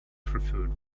preferred